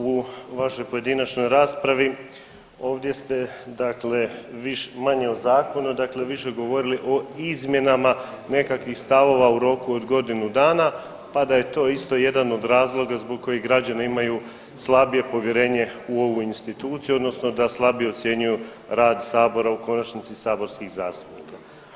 U vašoj pojedinačnoj raspravi, ovdje ste dakle manje o zakonu, dakle više govorili o izmjenama nekakvih stavova u roku od godinu dana pa da je to isto jedan od razloga zbog kojih građani imaju slabije povjerenje u ovu instituciju, odnosno da slabije ocjenjuju rad Sabora u konačnici saborskih zastupnika.